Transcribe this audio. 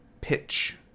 pitch